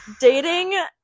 Dating